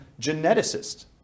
geneticists